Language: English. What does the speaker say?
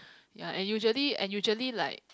ya and usually and usually like